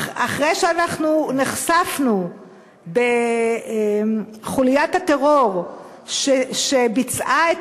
אחרי שאנחנו נחשפנו לכך שבחוליית הטרור שביצעה את